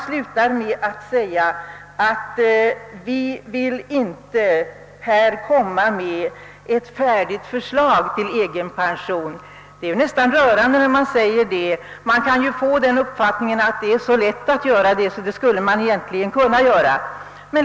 De slutar med att säga i motionen att de inte vill försöka framlägga ett färdigt förslag till egenpension. Det är ju nästan rörande. Man kan ju annars få uppfattningen att det är mycket lätt att utarbeta ett sådant förslag.